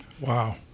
Wow